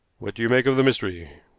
what do you make of the mystery?